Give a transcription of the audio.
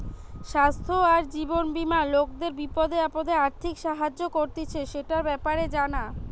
স্বাস্থ্য আর জীবন বীমা লোকদের বিপদে আপদে আর্থিক সাহায্য করতিছে, সেটার ব্যাপারে জানা